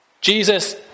Jesus